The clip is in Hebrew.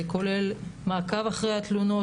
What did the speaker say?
כולל מעקב אחרי התלונות,